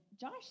Josh